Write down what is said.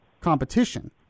competition